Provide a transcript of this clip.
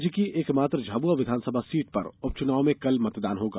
राज्य की एक मात्र झाबुआ विधानसभा सीट पर उपचुनाव में कल मतदान होगा